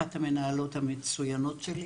אחת המנהלת המצוינות שלי.